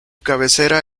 cabecera